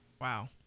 Wow